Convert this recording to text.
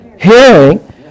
hearing